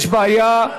יש בעיה.